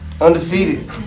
Undefeated